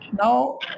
Now